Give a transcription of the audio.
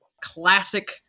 classic